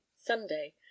sunday